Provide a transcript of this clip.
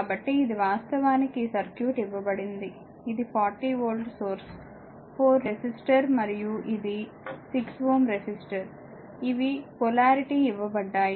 కాబట్టి ఇది వాస్తవానికి ఈ సర్క్యూట్ ఇవ్వబడింది ఇది 40 వోల్ట్ సోర్స్ 4 రెసిస్టర్ మరియు ఇది 6 Ω రెసిస్టర్ ఇవి పొలారిటీ ఇవ్వబడ్డాయి